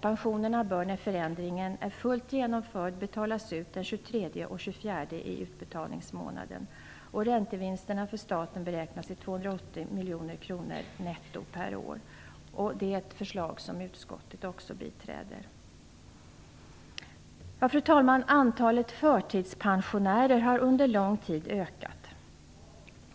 Pensionerna bör när förändringen är fullt genomförd betalas ut den 23 och 24 i utbetalningsmånaden. Räntevinsterna för staten beräknas till 280 miljoner kronor netto per år. Det är ett förslag som utskottet biträder. Fru talman! Antalet förtidspensionärer har under lång tid ökat.